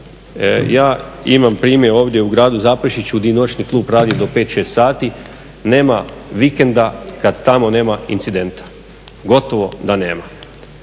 Ja imam primjer ovdje u gradu Zaprešiću gdje noćni klub radi do 5, 6 sati, nema vikenda kada tamo nema incidenta, gotovo da nema.